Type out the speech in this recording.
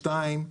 דבר שני,